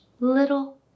little